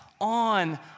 on